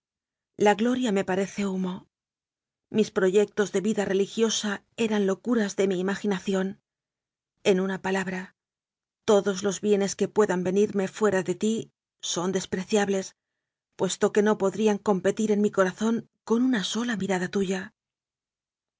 la gloria me parece humo mis proyectos de vida religiosa eran locuras de mi imaginación en una palabra todos los bie nes que puedan venirme fuera de ti son desprecia bles puesto que no podrían competir en mi cora zón con una sola mirada tuya